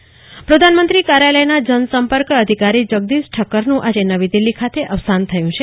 કુલ્પના શાહ અવસાન પ્રધાનમંત્રી કાર્યાલયના જન સંપર્ક અધિકારી જગદીશ ઠક્કરનું આજે નવી દિલ્હી ખાતે અવસાન થયું છે